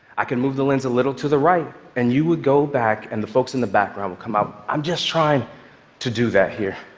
i could move the lens a little to the right, and you would go back and the folks in the background would come out. i'm just trying to do that here.